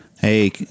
hey